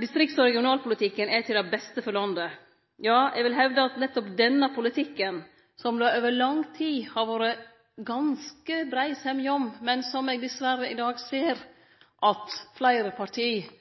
Distrikts- og regionalpolitikken er til det beste for landet. Ja, eg vil hevde at det nettopp er denne politikken – som det over lang tid har vore ganske brei semje om, men som eg dessverre i dag ser at fleire parti